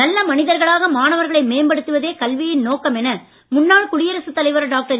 நல்ல மனிதர்களாக மாணவர்களை மேம்படுத்துவதே கல்வியின் நோக்கம் என முன்னாள் குடியரசுத் தலைவர் டாக்டர்